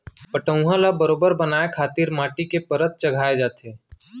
पटउहॉं ल बरोबर बनाए खातिर माटी के परत चघाए जाथे